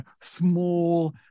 small